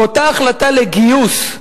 באותה החלטה לגיוס,